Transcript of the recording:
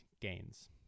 gains